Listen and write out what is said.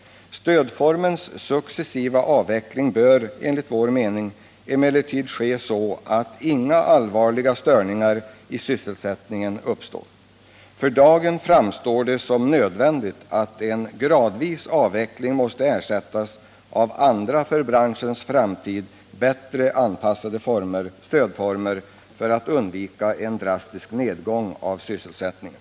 Stödformens successiva avveckling bör ske så att inga allvarliga störningar i sysselsättningen uppstår. För dagen framstår det som nödvändigt att äldrestödet vid en gradvis avveckling ersätts med andra för branschens framtid bättre anpassade stödformer för att man skall kunna undvika en drastisk nedgång i sysselsättningen.